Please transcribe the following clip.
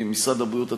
ממשרד הבריאות עצמו.